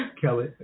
Kelly